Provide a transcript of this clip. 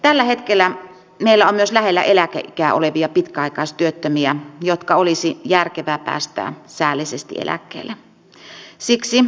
tällä hetkellä meillä on myös lähellä eläkeikää olevia pitkäaikaistyöttömiä jotka olisi järkevää päästää säällisesti eläkkeelle